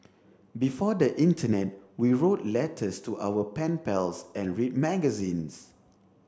before the internet we wrote letters to our pen pals and read magazines